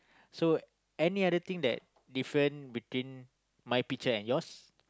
so any other thing that different between my picture and yours